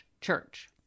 church